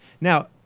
Now